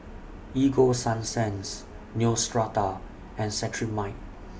Ego Sunsense Neostrata and Cetrimide